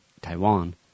Taiwan